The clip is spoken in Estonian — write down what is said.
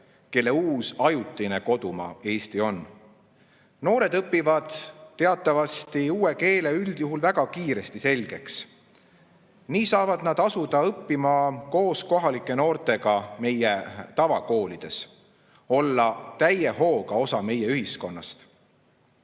kelle uus ajutine kodumaa Eesti on. Noored õpivad teatavasti uue keele üldjuhul väga kiiresti selgeks. Nii saavad nad asuda õppima koos kohalike noortega meie tavakoolides, olla täie hooga osa meie ühiskonnast.